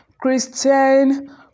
Christian